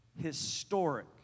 historic